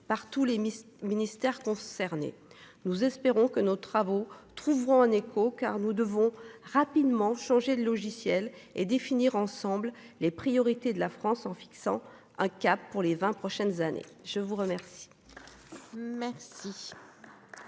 par tous les ministères concernés. Nous espérons que nos travaux trouveront un écho car nous devons rapidement changer de logiciel et définir ensemble les priorités de la France en fixant un cap pour les 20 prochaines années. Je vous remercie.